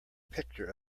picture